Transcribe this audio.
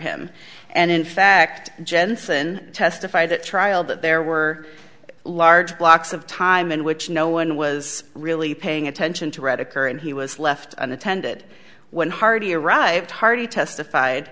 him and in fact jensen testified at trial that there were large blocks of time in which no one was really paying attention to read occur and he was left unattended when hardy arrived hardy testified